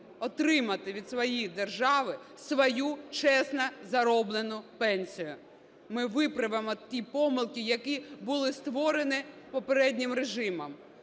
отримати від своєї держави свою чесно зароблену пенсію. Ми виправимо ті помилки, які були створені попереднім режимом.